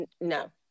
no